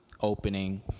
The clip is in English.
opening